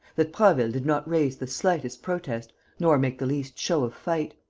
that prasville did not raise the slightest protest nor make the least show of fight.